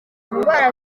indwara